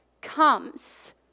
comes